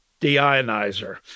deionizer